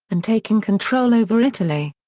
and taking control over italy.